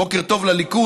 בוקר טוב לליכוד,